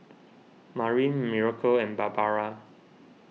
Marin Miracle and Barbara